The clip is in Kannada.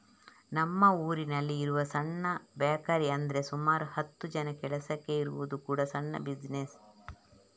ನಮ್ಮ ಊರಿನಲ್ಲಿ ಇರುವ ಸಣ್ಣ ಬೇಕರಿ ಅಂದ್ರೆ ಸುಮಾರು ಹತ್ತು ಜನ ಕೆಲಸಕ್ಕೆ ಇರುವುದು ಕೂಡಾ ಸಣ್ಣ ಬಿಸಿನೆಸ್